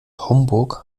homburg